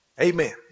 Amen